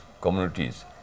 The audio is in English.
communities